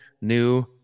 new